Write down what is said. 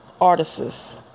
artists